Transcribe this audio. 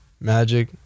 Magic